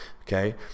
okay